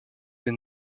des